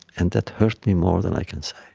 and that hurt me more than i can say,